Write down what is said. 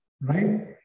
right